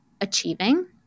achieving